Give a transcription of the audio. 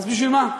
אז בשביל מה?